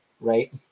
right